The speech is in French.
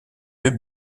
deux